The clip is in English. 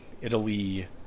Italy